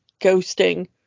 ghosting